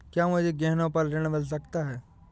क्या मुझे गहनों पर ऋण मिल सकता है?